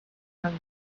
come